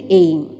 aim